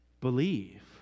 Believe